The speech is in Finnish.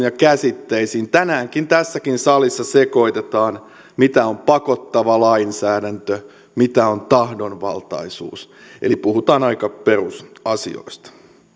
ja käsitteisiin tänäänkin tässäkin salissa sekoitetaan mitä on pakottava lainsäädäntö mitä on tahdonvaltaisuus eli puhutaan aika perusasioista